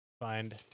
find